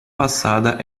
passada